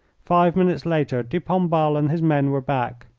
five minutes later de pombal and his men were back.